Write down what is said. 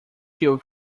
chill